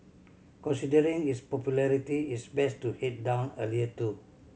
considering its popularity it's best to head down earlier too